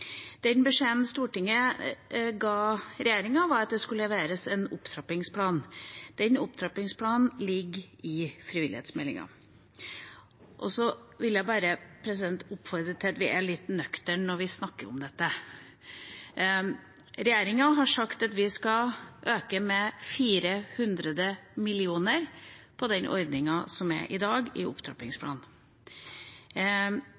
Den beskjeden Stortinget ga regjeringa, var at det skulle leveres en opptrappingsplan. Den opptrappingsplanen ligger i frivillighetsmeldinga. Jeg vil bare oppfordre til at vi er litt nøkterne når vi snakker om dette. Regjeringa har i opptrappingsplanen sagt at vi skal øke den ordningen som er i dag, med 400 mill. kr. SV, f.eks., har 30 mill. kr mer enn regjeringa i